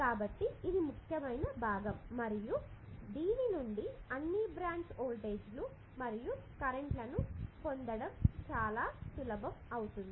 కాబట్టి ఇది ముఖ్యమైన భాగం మరియు దీని నుండి అన్ని బ్రాంచ్ వోల్టేజీలు మరియు కరెంటు లను పొందడానికి చాలా సులభం అవుతుంది